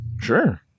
Sure